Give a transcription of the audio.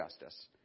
justice